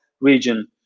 region